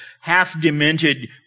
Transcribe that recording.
half-demented